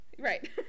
Right